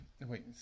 wait